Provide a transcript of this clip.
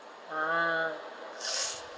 ah